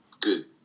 good